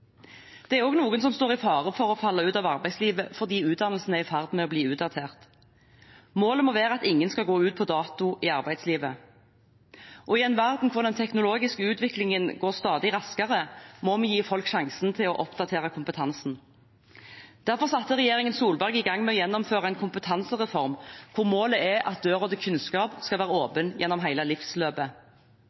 Det er også noen som står i fare for å falle ut av arbeidslivet fordi utdannelsen er i ferd med å bli utdatert. Målet må være at ingen skal gå ut på dato i arbeidslivet. I en verden hvor den teknologiske utviklingen går stadig raskere, må vi gi folk sjansen til å oppdatere kompetansen. Derfor satte regjeringen Solberg i gang med å gjennomføre en kompetansereform, hvor målet er at døren til kunnskap skal være åpen gjennom hele livsløpet.